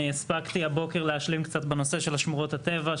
אני הספקתי להשלים הבוקר קצת בנושא של שמורות הטבע,